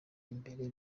imbere